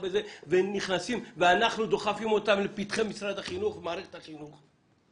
קהילות ואנחנו דוחפים אותם לפתחי משרד החינוך ולמערכת החינוך.